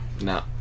No